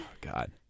God